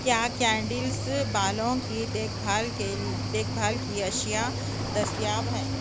کیا کینڈلس بالوں کی دیکھ بھال کے دیکھ بھال کی اشیاء دستیاب ہیں